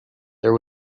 there